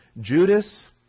Judas